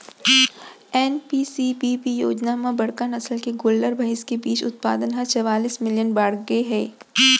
NPCBB योजना म बड़का नसल के गोल्लर, भईंस के बीज उत्पाउन ह चवालिस मिलियन बाड़गे गए हे